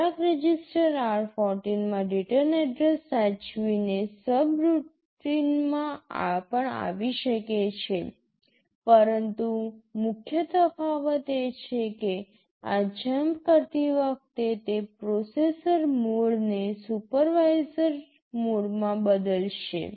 કેટલાક register r14 માં return address સાચવીને સબરૂટિનમાં પણ આવી જશે પરંતુ મુખ્ય તફાવત એ છે કે આ જંપ કરતી વખતે તે પ્રોસેસર મોડને સુપરવાઇઝર મોડમાં બદલશે